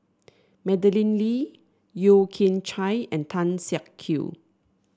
Madeleine Lee Yeo Kian Chye and Tan Siak Kew